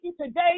today